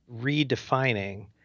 redefining